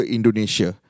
Indonesia